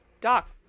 Doc